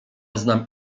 znam